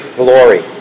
glory